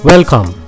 Welcome